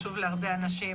היי,